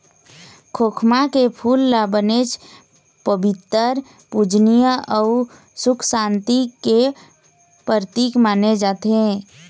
खोखमा के फूल ल बनेच पबित्तर, पूजनीय अउ सुख सांति के परतिक माने जाथे